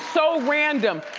so random,